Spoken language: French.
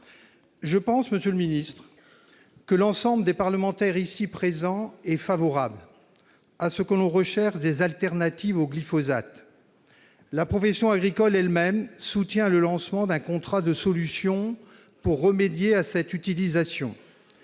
Je pense, monsieur le ministre, que l'ensemble des parlementaires ici présents est favorable à ce que l'on recherche des alternatives au glyphosate. La profession agricole elle-même soutient le lancement d'un contrat de solution pour remédier à cette utilisation.